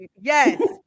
Yes